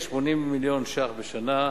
כ-80 מיליון שקלים בשנה,